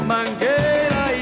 Mangueira